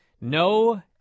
No